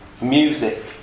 music